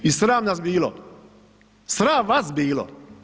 I sram nas bilo, sram vas bilo.